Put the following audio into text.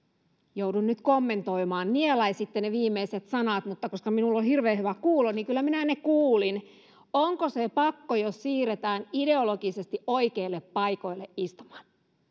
joudun nyt kommentoimaan nielaisitte ne viimeiset sanat mutta koska minulla on hirveän hyvä kuulo niin kyllä minä ne kuulin onko se pakko jos siirretään ideologisesti oikeille paikoille istumaan